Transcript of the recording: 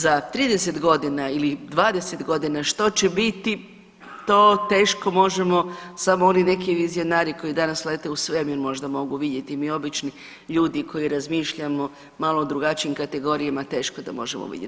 Za 30 godina ili 20 godina što će biti, to teško možemo samo oni neki vizionari koji danas lete u svemir možda mogu vidjeti, mi obični ljudi koji razmišljamo u malo drugačijim kategorijama teško da možemo vidjeti.